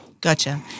Gotcha